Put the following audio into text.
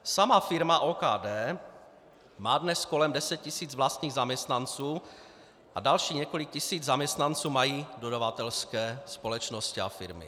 Sama firma OKD má dnes kolem 10 tis. vlastních zaměstnanců a dalších několik tisíc zaměstnanců mají dodavatelské společnosti a firmy.